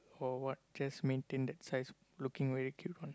or what just maintain that size looking very cute one